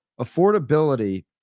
affordability